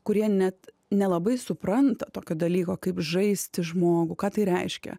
kurie ne nelabai supranta tokio dalyko kaip žaisti žmogų ką tai reiškia